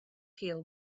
peel